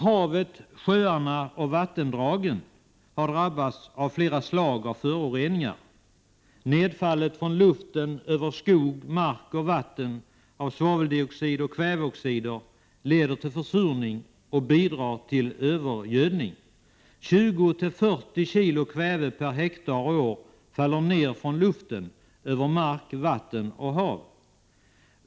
Havet, sjöarna och vattendragen har drabbats av flera slag av föroreningar. Nedfallet från luften över skog, mark och vatten av svaveldioxid och kväveoxider leder till försurning och bidrar till övergödning. 20-40 kg kväve per ha och år faller ner från luften över mark, vatten och hav.